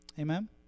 Amen